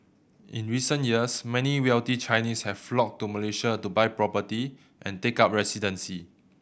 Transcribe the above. in recent years many wealthy Chinese have flocked to Malaysia to buy property and take up residency